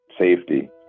safety